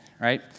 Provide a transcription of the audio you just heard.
right